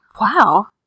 Wow